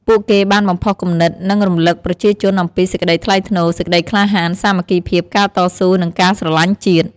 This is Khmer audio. ពួកគេបានបំផុសគំនិត និងរំឭកប្រជាជនអំពី សេចក្តីថ្លៃថ្នូរ សេចក្តីក្លាហាន សាមគ្គីភាព ការតស៊ូ និងការស្រឡាញ់ជាតិ។